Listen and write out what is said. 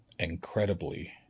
incredibly